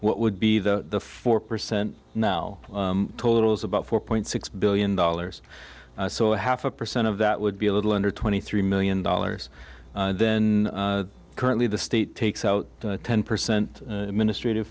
what would be the four percent now totals about four point six billion dollars so a half a percent of that would be a little under twenty three million dollars then currently the state takes out a ten percent ministry to